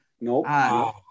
Nope